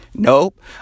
Nope